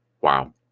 Wow